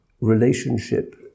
relationship